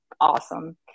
awesome